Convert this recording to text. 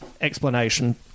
explanation